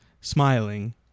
smiling